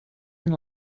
and